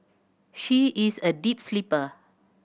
she is a deep sleeper